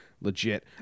legit